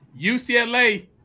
UCLA